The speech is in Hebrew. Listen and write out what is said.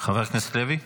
חבר הכנסת לוי.